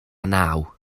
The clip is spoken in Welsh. naw